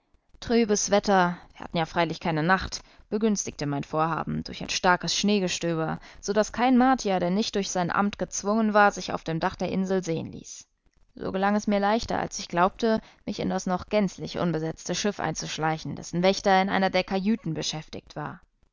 trübes wetter wir hatten ja freilich keine nacht begünstigte mein vorhaben durch ein starkes schneegestöber so daß kein martier der nicht durch sein amt gezwungen war sich auf dem dach der insel sehen ließ so gelang es mir leichter als ich glaubte mich in das noch gänzlich unbesetzte schiff einzuschleichen dessen wächter in einer der kajüten beschäftigt war